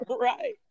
right